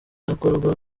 akorwa